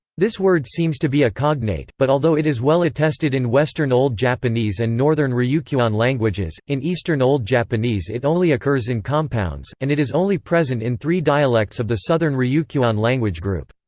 this word seems to be a cognate, but although it is well attested in western old japanese and northern ryukyuan languages, in eastern old japanese it only occurs in compounds, and it is only present in three dialects of the southern ryukyuan language group.